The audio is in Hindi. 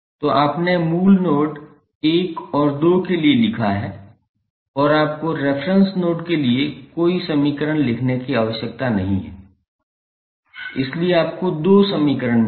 तो आपने मूल नोड 1 और 2 के लिए लिखा है और आपको रेफेरेंस नोड के लिए कोई समीकरण लिखने की आवश्यकता नहीं है इसलिए आपको दो समीकरण मिले